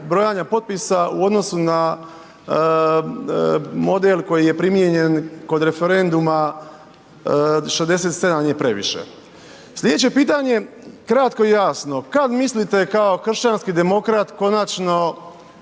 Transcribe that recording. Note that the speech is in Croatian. brojanja potpisa u odnosu na model koji je primijenjen kod referenduma „67 je previše“? Slijedeće pitanje, kratko i jasno, kad mislite kao kršćanski demokrat konačno